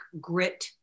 grit